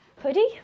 hoodie